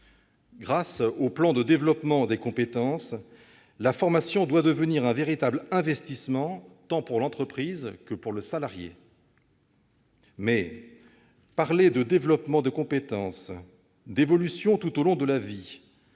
Grâce au plan de développement des compétences, la formation doit devenir un véritable investissement tant pour l'entreprise que pour le salarié. Mais parler de développement de compétences, d'évolution tout au long de la vie,